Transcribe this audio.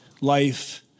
life